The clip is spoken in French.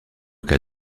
cas